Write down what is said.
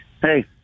hey